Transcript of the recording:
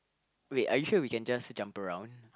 wait are you sure we can just jump around